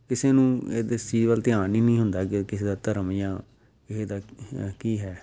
ਕਿਸੇ ਨੂੰ ਇਸ ਚੀਜ਼ ਵੱਲ ਧਿਆਨ ਹੀ ਨਹੀਂ ਹੁੰਦਾ ਕਿ ਕਿਸੇ ਦਾ ਧਰਮ ਜਾਂ ਕਿਸੇ ਦਾ ਕੀ ਹੈ